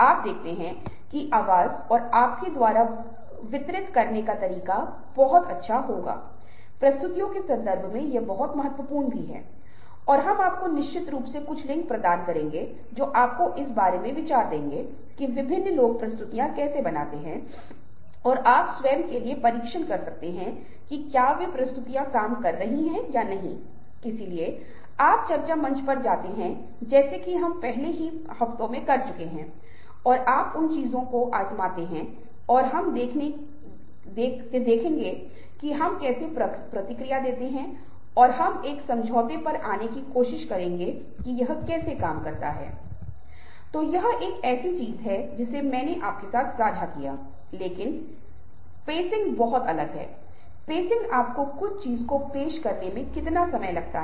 अब संस्कृति soft skills और संचार के संदर्भ में बहुत महत्वपूर्ण भूमिका निभाती है और हम जिस कारण के बारे में बात कर रहे हैं वह यह है क्योंकि जब हम किसी विशेष स्थान की संस्कृति के बारे में बात कर रहे हैं तो हमें एहसास होता है कि यह कुछ ऐसा है जो निर्धारित करता है कि हम कैसे समझते हैं एक जगह कहा जा रहा है कि नमस्कार इस की जगह नमस्कारम वह चीज है जिसका उपयोग किया जाता है दूसरे में आप पाते हैं कि यहा नमस्ते है